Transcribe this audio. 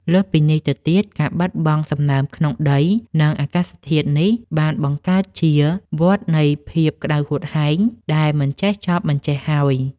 លើសពីនេះទៅទៀត ការបាត់បង់សំណើមក្នុងដី និងអាកាសនេះបានបង្កើតជា វដ្តនៃភាពក្តៅហួតហែង ដែលមិនចេះចប់មិនចេះហើយ។